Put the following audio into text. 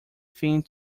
thing